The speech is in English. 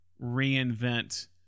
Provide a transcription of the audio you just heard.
reinvent